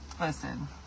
Listen